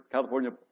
California